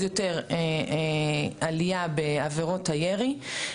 בעבירות הירי.